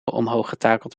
omhooggetakeld